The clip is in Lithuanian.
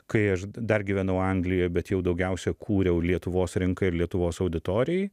kai aš dar gyvenau anglijoj bet jau daugiausia kūriau lietuvos rinkai ir lietuvos auditorijai